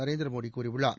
நரேந்திரமோடி கூறியுள்ளார்